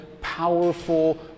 powerful